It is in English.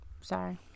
Sorry